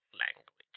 language